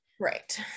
Right